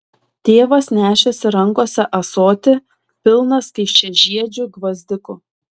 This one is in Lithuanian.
tėvas nešėsi rankose ąsotį pilną skaisčiažiedžių gvazdikų